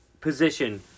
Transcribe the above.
position